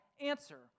answer